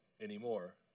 anymore